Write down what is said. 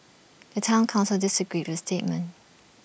the Town Council disagreed with statement